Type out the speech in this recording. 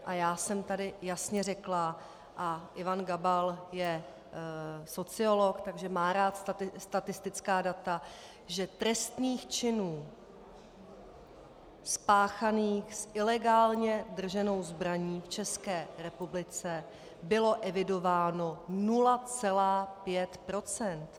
A já jsem tady jasně řekla, a Ivan Gabal je sociolog, takže má rád statistická data, že trestných činů spáchaných s ilegálně drženou zbraní v České republice bylo evidováno 0,5 %.